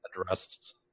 addressed